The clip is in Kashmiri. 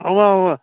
اَوا اَوا